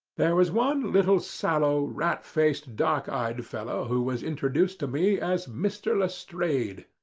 there was one little sallow rat-faced, dark-eyed fellow who was introduced to me as mr. lestrade,